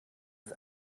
ist